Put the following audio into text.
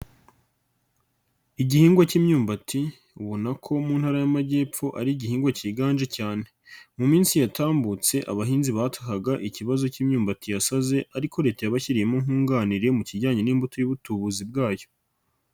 Igihingwa k'imyumbati ubona ko mu Ntara y'Amajyepfo ari igihingwa kiganje cyane, mu minsi yatambutse abahinzi batakaga ikibazo k'imyumbati yasaze ariko Leta yabashyiriyemo nkunganire mu kijyanye n'imbuto y'ubutubuzi bwayo.